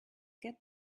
get